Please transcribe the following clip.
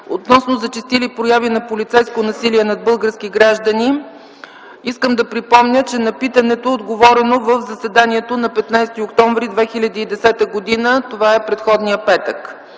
относно зачестили прояви на полицейско насилие над български граждани, искам да припомня, че на питането е отговорено в заседанието на 15 октомври 2010 г. Това е в предходния петък.